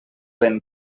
vent